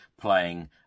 playing